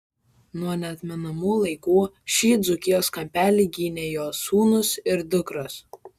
nuo neatmenamų laikų šį dzūkijos kampelį gynė jos sūnūs ir dukros